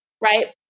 Right